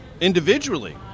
individually